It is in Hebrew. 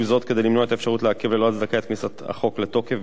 כדי למנוע את האפשרות לעכב ללא הצדקה את כניסת החוק לתוקף באמצעות